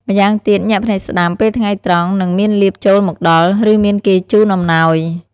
ម្យ៉ាងទៀត ញាក់ភ្នែកស្តាំ ពេលថ្ងៃត្រង់ នឹងមានលាភចូលមកដល់ ឬមានគេជូនអំណោយ។